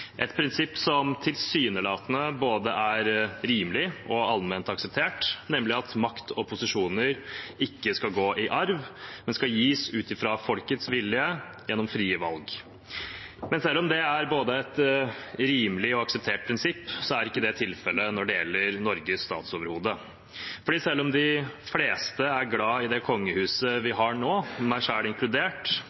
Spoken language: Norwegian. et prinsipp som tilsynelatende er både rimelig og allment akseptert, nemlig at makt og posisjoner ikke skal gå i arv, men gis ut fra folkets vilje gjennom frie valg. Men selv om det er et både rimelig og akseptert prinsipp, er ikke det tilfellet når det gjelder Norges statsoverhode. For selv om de fleste er glad i det kongehuset vi har nå, meg selv inkludert,